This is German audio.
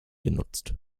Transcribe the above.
genutzt